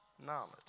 knowledge